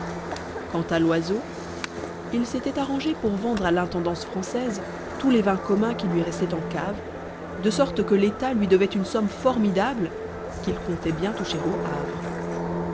quant à loiseau il s'était arrangé pour vendre à l'intendance française tous les vins communs qui lui restaient en cave de sorte que l'état lui devait une somme formidable qu'il comptait bien toucher au havre